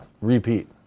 repeat